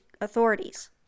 authorities